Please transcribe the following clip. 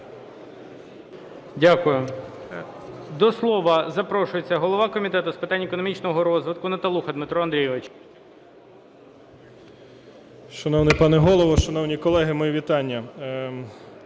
Дякую. До слова запрошується голова Комітету з питань економічного розвитку Наталуха Дмитро Андрійович. 14:49:11 НАТАЛУХА Д.А. Шановний пане Голово, шановні колеги, мої вітання!